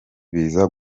biza